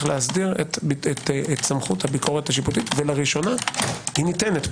להסדיר את סמכות הביקורת השיפוטית ולראשונה היא ניתנת.